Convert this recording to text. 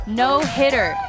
no-hitter